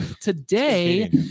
today